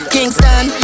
Kingston